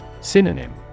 Synonym